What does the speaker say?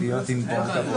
הסתייגויות 3720-3701, מי בעד?